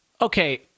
Okay